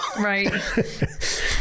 right